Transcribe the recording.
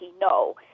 no